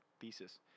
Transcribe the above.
thesis